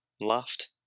laughed